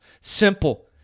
Simple